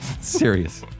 serious